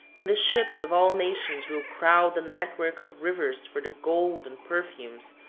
when the ships of all nations will crowd the network of rivers for the gold and perfumes,